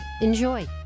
Enjoy